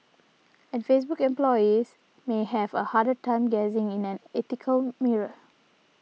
and Facebook employees may have a harder time gazing in an ethical mirror